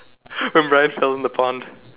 when Brian fell in the pond